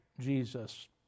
Jesus